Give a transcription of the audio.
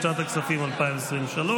לשנת הכספים 2023,